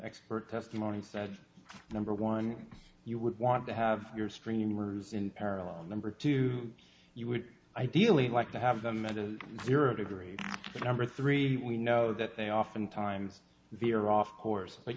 expert testimony said number one you would want to have your streamers in parallel and number two you would ideally like to have them here a degree number three we know that they often times veer off course but